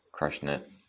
Crushnet